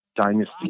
Dynasty